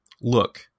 Look